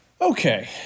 Okay